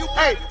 hey